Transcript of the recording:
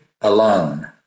alone